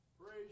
Praise